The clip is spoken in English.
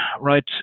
right